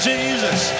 Jesus